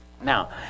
Now